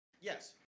Yes